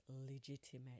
legitimate